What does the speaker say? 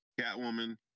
catwoman